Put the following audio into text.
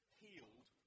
healed